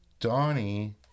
Donnie